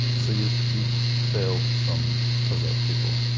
so you've you've failed some possessed people.